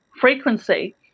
frequency